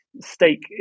stake